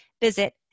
visit